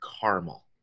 caramel